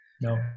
no